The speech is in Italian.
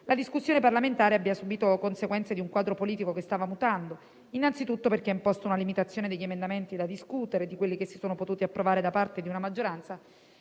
la discussione parlamentare abbia subìto le conseguenze di un quadro politico che stava mutando, innanzitutto perché ha imposto una limitazione degli emendamenti da discutere e di quelli che si sono potuti approvare da parte di una maggioranza